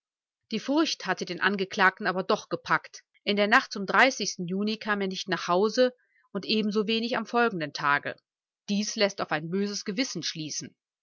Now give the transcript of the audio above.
die furcht hatte den angeklagten aber doch gepackt in der nacht zum juni kam er nicht nach hause und ebensowenig am folgenden tage dies läßt auf ein böses gewissen schließen